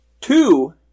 two